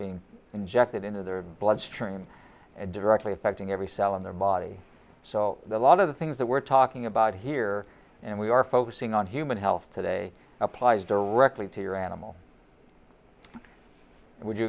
being injected into their bloodstream and directly affecting every cell in their body so a lot of the things that we're talking about here and we are focusing on human health today applies directly to your animal would you